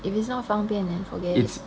if it's not 方便 then forget it